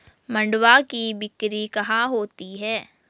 मंडुआ की बिक्री कहाँ होती है?